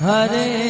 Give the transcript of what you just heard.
Hare